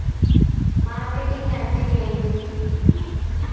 Marketing అంటే ఏంటిది?